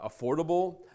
affordable